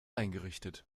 eingerichtet